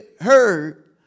heard